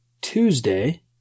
Tuesday